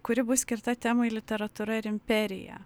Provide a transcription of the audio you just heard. kuri bus skirta temai literatūra ir imperija